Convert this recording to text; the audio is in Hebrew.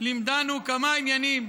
לימדנו כמה עניינים